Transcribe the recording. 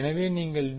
எனவே நீங்கள் டி